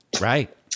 Right